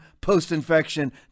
post-infection